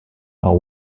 are